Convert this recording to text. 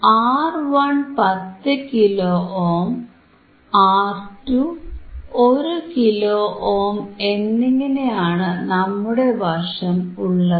R1 10 kilo ohm R2 1 kilo ohm എന്നിങ്ങനെയാണ് നമ്മുടെ വശം ഉള്ളത്